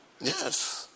Yes